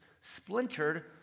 splintered